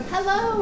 Hello